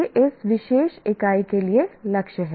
यह इस विशेष इकाई के लिए लक्ष्य है